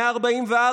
144,